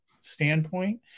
standpoint